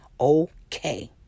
okay